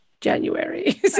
January